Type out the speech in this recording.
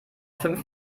fünf